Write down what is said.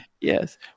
Yes